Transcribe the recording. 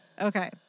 Okay